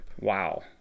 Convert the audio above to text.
Wow